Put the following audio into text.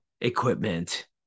equipment